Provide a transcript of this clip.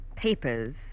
papers